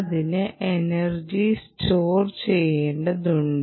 അതിന് energy store ചെയ്യേണ്ടതുണ്ട്